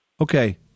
Okay